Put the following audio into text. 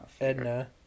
Edna